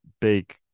big